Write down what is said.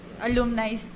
alumni